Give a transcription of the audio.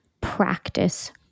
practice